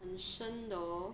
很深 though